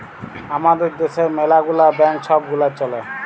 আমাদের দ্যাশে ম্যালা গুলা ব্যাংক ছব গুলা চ্যলে